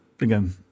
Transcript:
again